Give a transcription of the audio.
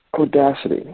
audacity